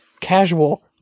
casual